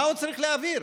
מה עוד צריך להעביר?